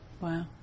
wow